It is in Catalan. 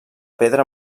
pedra